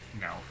No